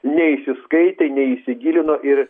neįsiskaitė neįsigilino ir